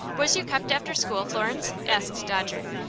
was you kept after school, florence? asked dodger,